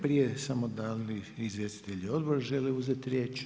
Prije samo da li izvjestitelji odbora žele uzeti riječ?